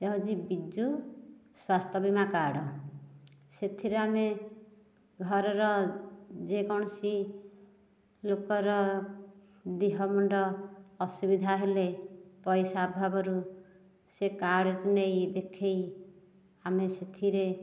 ସେ ହେଉଛି ବିଜୁ ସ୍ବାସ୍ଥ୍ୟବୀମା କାର୍ଡ଼ ସେଥିରେ ଆମେ ଘରର ଯେକୌଣସି ଲୋକର ଦେହ ମୁଣ୍ଡ ଅସୁବିଧା ହେଲେ ପଇସା ଅଭାବରୁ ସେ କାର୍ଡ଼ଟି ନେଇ ଦେଖାଇ ଆମେ ସେଥିରେ